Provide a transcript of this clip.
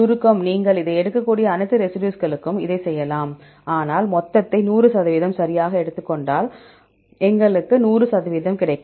சுருக்கம் நீங்கள் எடுக்கக்கூடிய அனைத்து ரெசிடியூஸ்களுக்கும் இதைச் செய்யலாம் ஆனால் மொத்தத்தை 100 சதவிகிதம் சரியாக எடுத்துக் கொண்டால் மொத்தத்தை எடுத்துக் கொண்டால் எங்களுக்கு 100 சதவீதம் கிடைக்கும்